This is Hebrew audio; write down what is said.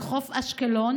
של חוף אשקלון,